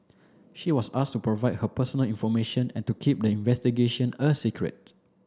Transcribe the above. she was asked to provide her personal information and to keep the investigation a secret